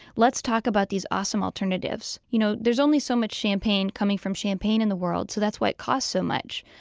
let's talk about these awesome alternatives. you know there's only so much champagne coming from champagne in the world so that's why it costs so much.